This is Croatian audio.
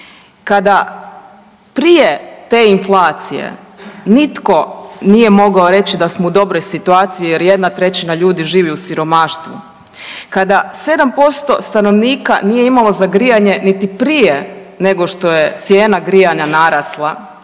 kada prije te inflacije nitko nije mogao reći da smo u dobroj situaciji jer 1/3 ljudi živi u siromaštvu, kada 7% stanovnika nije imalo za grijanje niti prije nego što je cijena grijanja narasla